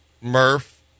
Murph